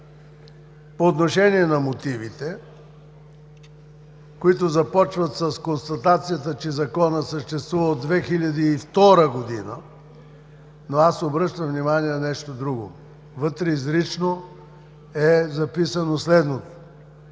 по отношение на мотивите, които започват с констатацията, че Законът съществува от 2002 г., но аз обръщам внимание на нещо друго – вътре изрично е записано следното: